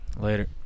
Later